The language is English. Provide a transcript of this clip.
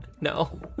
No